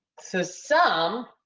so some,